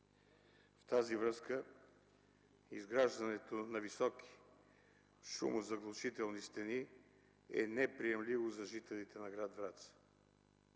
В тази връзка изграждането на високи шумозаглушителни стени е неприемливо за жителите на гр. Враца.